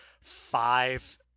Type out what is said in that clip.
five